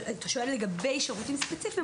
אבל אתה שואל לגבי שירותים ספציפיים,